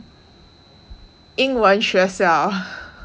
英文学校